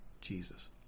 Jesus